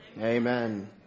Amen